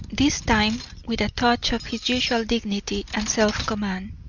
this time with a touch of his usual dignity and self-command.